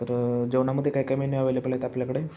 तर जेवणामध्ये काय काय मेनू अव्हेलेबल आहेत आपल्याकडे